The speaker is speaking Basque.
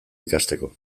ikasteko